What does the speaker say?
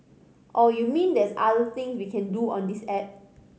oh you mean there's other things we can do on this app